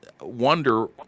wonder